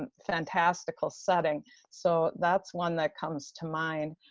and fantastical setting so that's one that comes to mind.